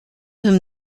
him